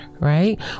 right